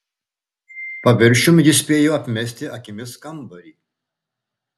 paviršium jis spėjo apmesti akimis kambarį